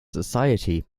society